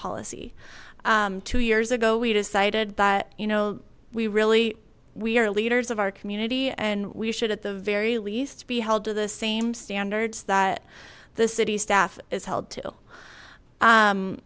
policy two years ago we decided but you know we really we are leaders of our community and we should at the very least be held to the same standards that the city staff is held